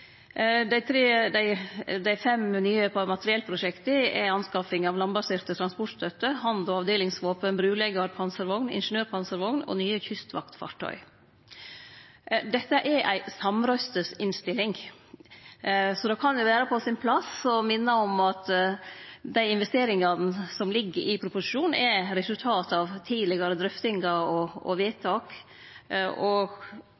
Dei fem nye materiellprosjekta er anskaffing av landbasert transportstøtte, hand- og avdelingsvåpen, bruleggjarpanservogn, ingeniørpanservogn og nye kystvaktfartøy. Det er ei samrøystes innstilling, så det kan vere på sin plass å minne om at dei investeringane som ligg i proposisjonen, er eit resultat av tidlegare drøftingar og vedtak, og